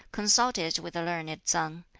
consulted with the learned tsang.